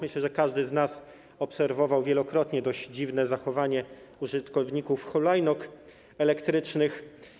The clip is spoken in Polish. Myślę, że każdy z nas obserwował wielokrotnie dość dziwne zachowanie użytkowników hulajnóg elektrycznych.